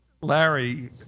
Larry